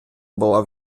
була